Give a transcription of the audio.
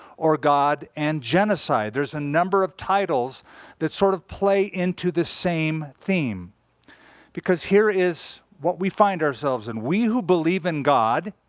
or god and genocide. there's a number of titles that sort of play into this same theme because here is what we find ourselves in. and we who believe in god,